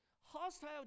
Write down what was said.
Hostile